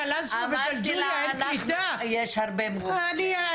בקלאנסווה ובג'לג'וליה אין קליטה?